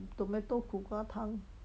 tomato 苦瓜汤